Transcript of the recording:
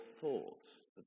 thoughts